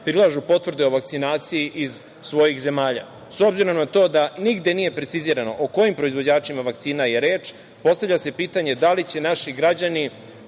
prilažu potvrde o vakcinaciji iz svojih zemalja. S obzirom na to da nigde nije precizirano o kojim proizvođačima vakcina je reč, postavlja se pitanje da li će naši građani